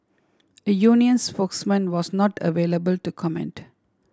a union spokesman was not available to comment